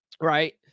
right